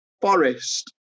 Forest